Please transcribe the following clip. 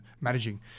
Managing